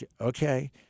Okay